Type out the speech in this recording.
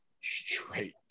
straight